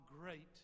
great